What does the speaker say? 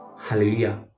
Hallelujah